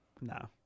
No